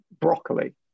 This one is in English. broccoli